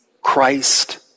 Christ